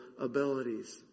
abilities